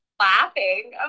laughing